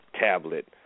tablet